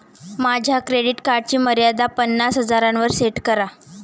माझ्या क्रेडिट कार्डची मर्यादा पन्नास हजारांवर सेट करा